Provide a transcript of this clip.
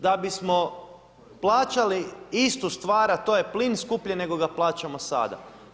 Da bismo plaćali istu stvar, a to je plin skuplje nego ga plaćamo sada.